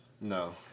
No